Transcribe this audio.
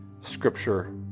scripture